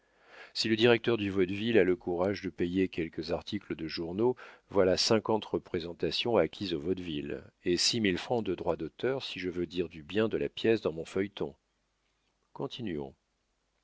si le directeur du vaudeville a le courage de payer quelques articles de journaux voilà cinquante représentations acquises au vaudeville et six mille francs de droits d'auteur si je veux dire du bien de la pièce dans mon feuilleton continuons